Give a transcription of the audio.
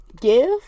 give